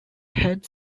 had